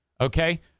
Okay